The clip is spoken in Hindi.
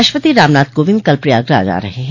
राष्ट्रपति रामनाथ कोविंद कल प्रयागराज आ रहे हैं